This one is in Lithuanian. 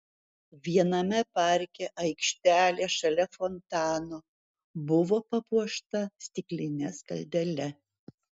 viename parke aikštelė šalia fontano buvo papuošta stikline skaldele